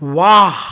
वाहु